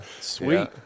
Sweet